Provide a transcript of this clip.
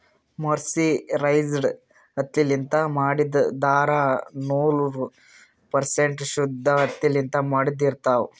mercerized ಹತ್ತಿಲಿಂತ್ ಮಾಡಿದ್ದ್ ಧಾರಾ ನೂರ್ ಪರ್ಸೆಂಟ್ ಶುದ್ದ್ ಹತ್ತಿಲಿಂತ್ ಮಾಡಿದ್ದ್ ಇರ್ತಾವ್